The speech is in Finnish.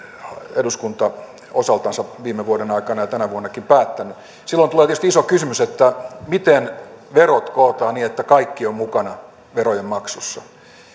eduskunta osaltansa viime vuoden aikana ja tänä vuonnakin päättänyt silloin tulee tietysti iso kysymys miten verot kootaan niin että kaikki ovat mukana verojen maksussa